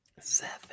seven